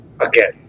again